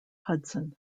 hudson